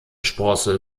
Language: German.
sprosse